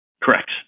Correct